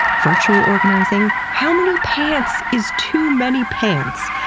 virtual organizing, how many pants is too many pants,